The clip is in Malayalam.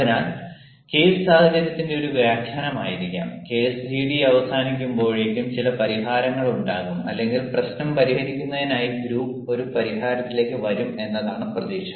അതിനാൽ കേസ് സാഹചര്യത്തിന്റെ ഒരു വ്യാഖ്യാനമായിരിക്കാം കേസ് ജിഡി അവസാനിക്കുമ്പോഴേക്കും ചില പരിഹാരങ്ങൾ ഉണ്ടാകും അല്ലെങ്കിൽ പ്രശ്നം പരിഹരിക്കുന്നതിനായി ഗ്രൂപ്പ് ഒരു പരിഹാരത്തിലേക്ക് വരും എന്നതാണ് പ്രതീക്ഷ